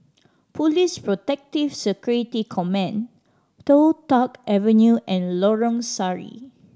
Police Protective Security Command Toh Tuck Avenue and Lorong Sari